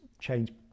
change